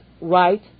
right